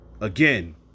again